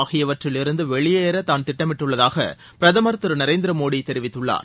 ஆகியவற்றிலிருந்து வெளியேற தான் திட்டமிட்டுள்ளதாக பிரதமர் திரு நரேந்திர மோடி தெரிவித்துள்ளார்